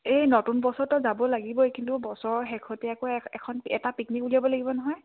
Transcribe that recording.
এই নতুন বছৰততো যাব লাগিবই কিন্তু বছৰৰ শেহতীয়াকৈ এখন এটা পিকনিক উলিয়াব লাগিব নহয়